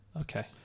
Okay